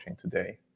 today